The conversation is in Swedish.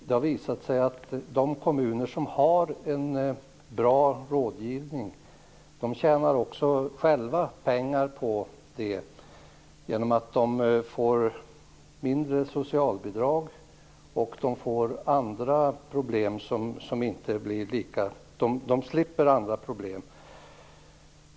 Det har visat sig att de kommuner som har en bra rådgivning själva tjänar pengar på det genom att de inte behöver ge ut så mycket i socialbidrag och att de slipper andra problem.